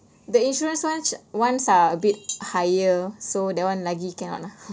the insurance ones ones are a bit higher so that one lagi cannot lah